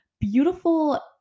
beautiful